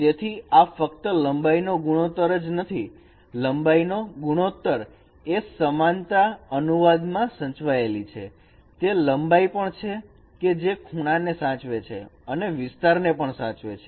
તેથી આ ફક્ત લંબાઈ નો ગુણોત્તર નથી લંબાઈ નો ગુણોત્તર એ સમાનતાના અનુવાદમાં સચવાયેલી છે તે લંબાઈ પણ છે કે જે ખૂણા ને સાચવે છે અને વિસ્તારને પણ સાચવે છે